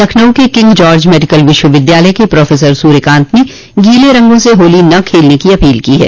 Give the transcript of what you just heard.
लखनऊ के King George medical विश्वविद्यालय के प्रोफेसर सर्यकांत ने गीले रंगों से होली न खेलने की अपील की है